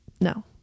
No